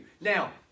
Now